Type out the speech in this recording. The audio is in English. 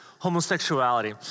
homosexuality